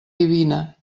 divina